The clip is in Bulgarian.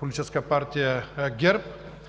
Политическа партия ГЕРБ.